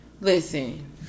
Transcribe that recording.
listen